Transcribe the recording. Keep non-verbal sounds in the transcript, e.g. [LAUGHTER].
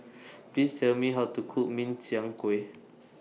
[NOISE] Please Tell Me How to Cook Min Chiang Kueh